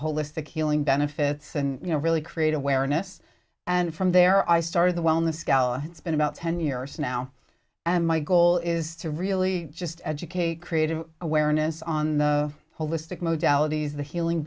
holistic healing benefits and you know really create awareness and from there i started the wellness gala it's been about ten years now and my goal is to really just educate created awareness on the holistic